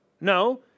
No